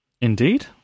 Indeed